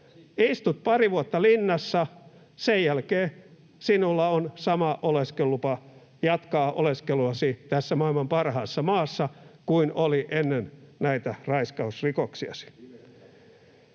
Istut pari vuotta linnassa, sen jälkeen sinulla on sama oleskelulupa jatkaa oleskeluasi tässä maailman parhaassa maassa kuin oli ennen näitä raiskausrikoksiasi.